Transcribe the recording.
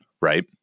right